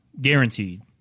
guaranteed